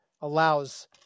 allows